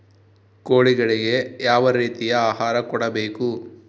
ಕೋಳಿಗಳಿಗೆ ಯಾವ ರೇತಿಯ ಆಹಾರ ಕೊಡಬೇಕು?